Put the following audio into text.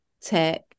tech